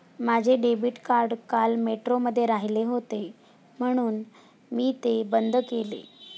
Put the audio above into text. माझे debit card काल मेट्रोमध्ये राहिले होते म्हणून मी ते बंद केले